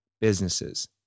businesses